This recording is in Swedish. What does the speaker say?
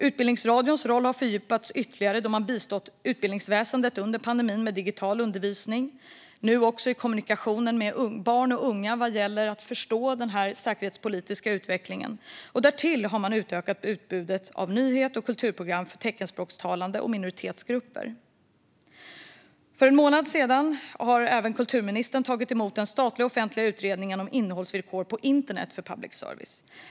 Utbildningsradions roll har fördjupats ytterligare då man har bistått utbildningsväsendet under pandemin med digital undervisning, nu också i kommunikationen med barn och unga vad gäller att förstå den säkerhetspolitiska utvecklingen. Därtill har man utökat utbudet av nyhets och kulturprogram för teckenspråkstalande och minoritetsgrupper. För en månad sedan tog kulturministern emot den statliga offentliga utredningen om innehållsvillkor på internet för public service.